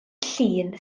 llun